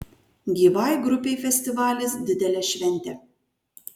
gyvai grupei festivalis didelė šventė